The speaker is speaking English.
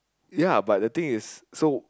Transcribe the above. ya but the thing is so